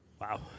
Wow